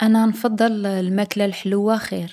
أنا نفضّل الماكلة الحلوة خير.